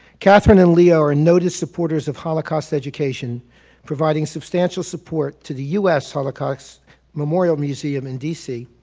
katherine and leo are noted supporters of holocaust education providing substantial support to the u s. holocaust memorial museum in d c.